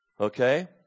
Okay